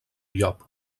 llop